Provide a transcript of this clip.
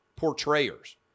portrayers